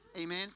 Amen